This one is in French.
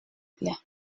plait